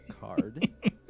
card